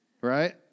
Right